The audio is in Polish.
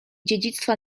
dziedzictwa